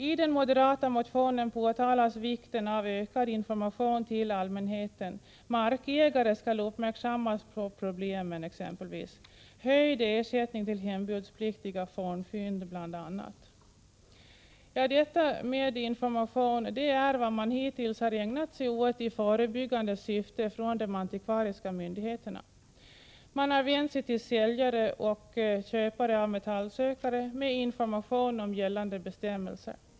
I den moderata motionen påtalas vikten av ökad information till allmänheten — man säger exempelvis att markägare skall göras uppmärksamma på problemen, och man vill ha höjd ersättning för hembudspliktiga fornfynd. Ja, information i förebyggande syfte är vad de antikvariska myndigheterna hittills har ägnat sig åt. De har vänt sig till säljare och köpare av metallsökare med information om gällande bestämmelser.